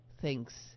thinks